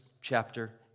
chapter